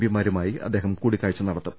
പിമാരുമായി അദ്ദേഹം കൂടിക്കാഴ്ച നടത്തും